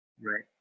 right